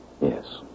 Yes